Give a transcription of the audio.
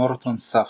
מורטון סאפר.